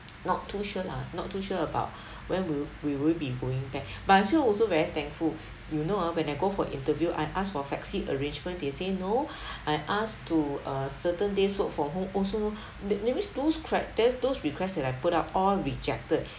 not too sure lah not too sure about when will we will be going back but I feel also very thankful you know ah when I go for interview I ask for flexi arrangement they say no I asked to uh certain days work from home also no th~ that means those cri~ there those requests that I put up all rejected